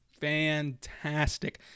fantastic